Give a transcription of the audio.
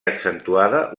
accentuada